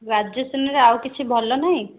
ଗ୍ରାଜୁଏସନ୍ରେ ଆଉ କିଛି ଭଲ ନାହିଁ